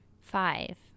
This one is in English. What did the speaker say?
five